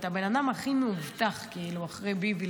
אתה הבן אדם הכי מאובטח אחרי ביבי,